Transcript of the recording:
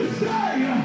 say